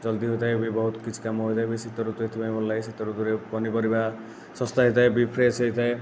ଜଲ୍ଦି ହୋଇଥାଏ ବି ବହୁତ କିଛି କାମ ହୋଇଥାଏ ବି ଶୀତ ଋତୁ ଏଥିପାଇଁ ଭଲ ଲାଗେ ଶୀତ ଋତୁରେ ପନିପରିବା ଶସ୍ତା ହୋଇଥାଏ ବି ଫ୍ରେସ୍ ହୋଇଥାଏ